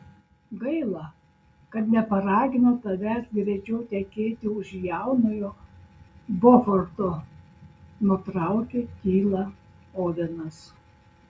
gaila kad neparaginau tavęs greičiau tekėti už jaunojo boforto nutraukė tylą ovenas